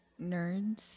Nerds